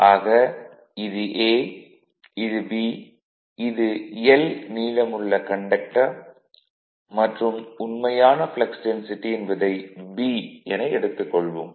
ஆக இது A இது B இது 'l' நீளமுள்ள கண்டக்டர் மற்றும் உண்மையான ப்ளக்ஸ் டென்சிட்டி என்பதை B என எடுத்துக் கொள்வோம்